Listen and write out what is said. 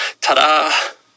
Ta-da